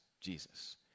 Jesus